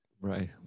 Right